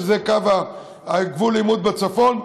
שזה קו גבול העימות בצפון,